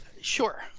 Sure